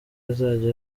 azajya